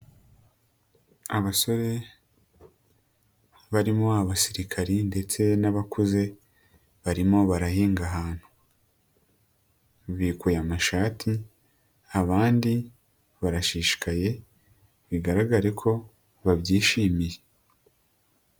Abasore barimo abasirikari ndetse n'abakuze barimo barahinga ahantu, bikuye amashati abandi barashishikaye bigaragare ko babyishimiye.